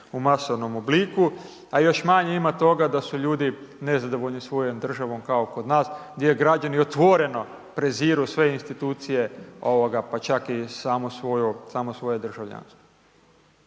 u masovnom obliku, a još manje ima toga da su ljudi nezadovoljni svojom državom kao kod nas gdje je građani otvoreno preziru sve institucije, pa čak i samo svoje državljanstvo.